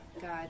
God